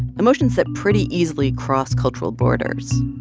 emotions that pretty easily cross cultural borders.